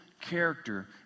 character